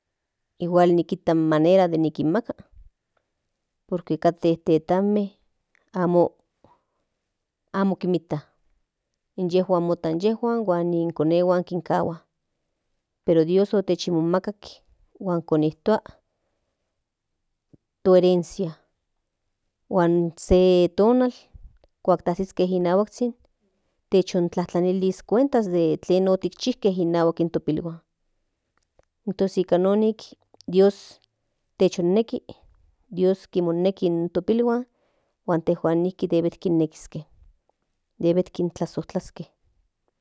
Igual nikitas in manera de nikinmakas por que kate tetanme amo kinkta inyejuan mota inyejuan huan mo konehuan kinkahua pero dios otechonmaka huan konijtua to herencia huan se tonal kuak tiazitis inaukazhin techonilis cuentas de tlen otikchijke inahuak in pilhuan tos nikanon dios techoneki dios kimoneki in to pilhuan tos nijki debe kinnekiske debe kintlazojtlaske.